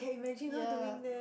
ya